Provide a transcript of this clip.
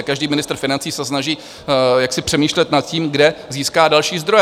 Každý ministr financí se snaží jaksi přemýšlet nad tím, kde získá další zdroje.